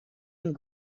and